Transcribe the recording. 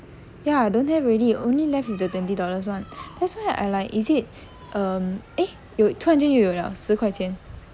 ya don't have already only left with the twenty dollars [one] that's why I like is it um eh 有突然间又有了十块钱